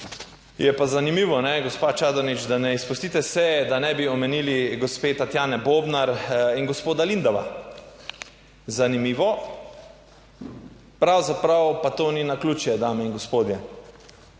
Je pa zanimivo, gospa Čadonič, da ne izpustite seje, da ne bi omenili gospe Tatjane Bobnar in gospoda Lendava. Zanimivo. Pravzaprav pa to ni naključje, dame in gospodje,